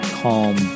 calm